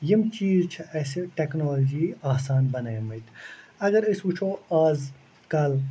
یِم چیٖز چھِ اَسہِ ٹٮ۪کنالجی آسان بنٲے مٕتۍ اگر أسۍ وٕچھو آز کل